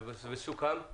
וסוכם עם